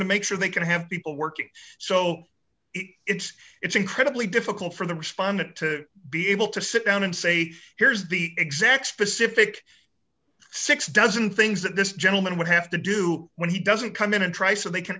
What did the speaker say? to make sure they can have people working so it's it's incredibly difficult for the respondent to be able to sit down and say here's the exact specific six dozen things that this gentleman would have to do when he doesn't come in and try so they can